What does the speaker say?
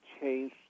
change